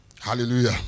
Hallelujah